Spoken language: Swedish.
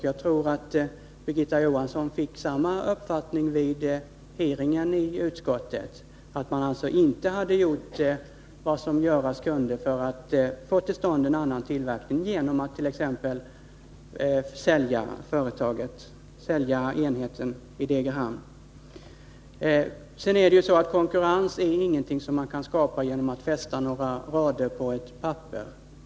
Jag tror att Birgitta Johansson fick samma uppfattning som jag vid hearingen i utskottet, nämligen att man inte hade gjort vad som hade kunnat göras för att få till stånd en annan tillverkning, exempelvis genom att sälja enheten i Degerhamn. Konkurrens är inget som kan skapas genom att fästa några rader på ett papper.